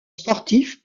sportif